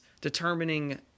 determining